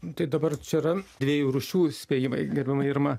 dabar čia yra dviejų rūšių spėjimaigerbiama irma